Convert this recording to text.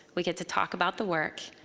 we get to talk about the work.